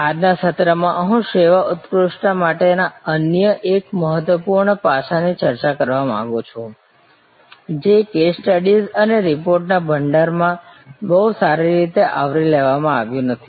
આજના સત્રમાં હું સેવા ઉત્કૃષ્ટતા માટેના અન્ય એક મહત્વપૂર્ણ પાસાની ચર્ચા કરવા માંગુ છું જે કેસ સ્ટડીઝ અને રિપોર્ટના ભંડારમાં બહુ સારી રીતે આવરી લેવામાં આવતું નથી